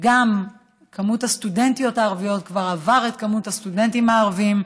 מספר הסטודנטיות הערביות כבר עבר את מ ספר הסטודנטים הערבים,